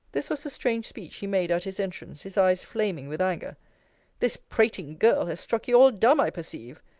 this was the strange speech he made at his entrance, his eyes flaming with anger this prating girl, has struck you all dumb, i perceive.